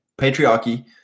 patriarchy